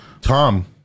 tom